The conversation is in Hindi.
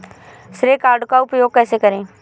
श्रेय कार्ड का उपयोग कैसे करें?